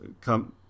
come